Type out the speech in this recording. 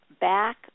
back